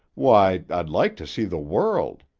why, i'd like to see the world.